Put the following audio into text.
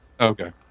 Okay